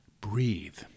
breathe